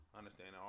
understand